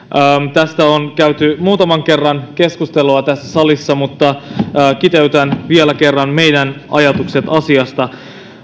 tästä on käyty muutaman kerran keskustelua tässä salissa mutta kiteytän vielä kerran meidän ajatukset asiasta